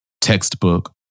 textbook